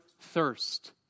thirst